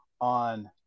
on